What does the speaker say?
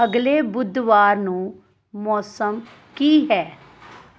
ਅਗਲੇ ਬੁੱਧਵਾਰ ਨੂੰ ਮੌਸਮ ਕੀ ਹੈ